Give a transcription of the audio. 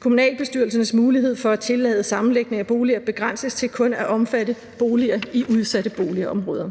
Kommunalbestyrelsernes mulighed for at tillade sammenlægning af boliger begrænses til kun at omfatte boliger i udsatte boligområder.